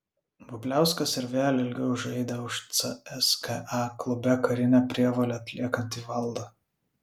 bubliauskas ir vėl ilgiau žaidė už cska klube karinę prievolę atliekantį valdą